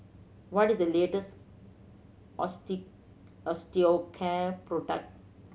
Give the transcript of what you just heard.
what is the latest Osteocare product